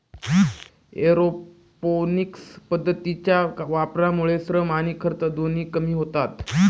aeroponics पद्धतीच्या वापरामुळे श्रम आणि खर्च दोन्ही कमी होतात